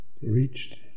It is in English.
reached